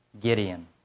Gideon